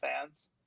fans